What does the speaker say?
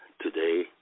today